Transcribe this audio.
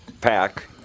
pack